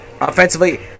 offensively